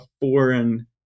foreign